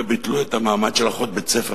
וביטלו את המעמד של אחות בית-ספר.